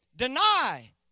Deny